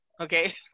okay